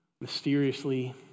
mysteriously